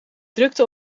drukte